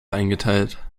eingeteilt